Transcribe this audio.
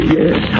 yes